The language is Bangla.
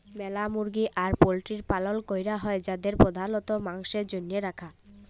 ম্যালা মুরগি আর পল্ট্রির পালল ক্যরাক হ্যয় যাদের প্রধালত মাংসের জনহে রাখে